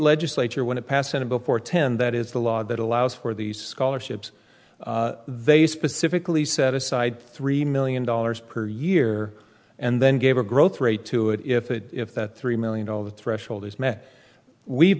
legislature when it passed and before ten that is the law that allows for these scholarships they specifically set aside three million dollars per year and then gave a growth rate to it if it if that three million dollars threshold is met we've